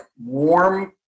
warm